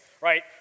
right